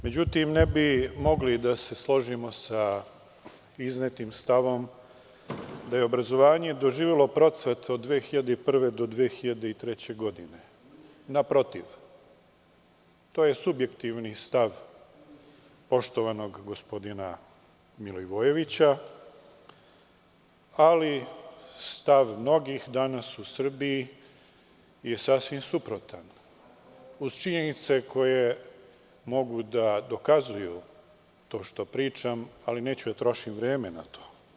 Međutim, ne bi mogli da se složimo sa iznetim stavom da je obrazovanje doživelo procvat od 2001. do 2003. godine, naprotiv, to je subjektivni stav poštovanog gospodina Milivojevića, ali stav mnogih danas u Srbiji je sasvim suprotan uz činjenice koje mogu da dokazuju to što pričam, ali neću da trošim vreme na to.